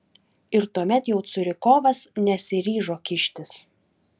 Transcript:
ir tuomet jau curikovas nesiryžo kištis